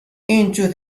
into